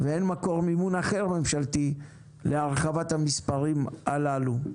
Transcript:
ואין מקור מימון ממשלתי אחר להרחבת המספרים הללו.